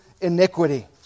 iniquity